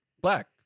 Black